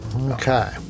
Okay